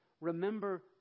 Remember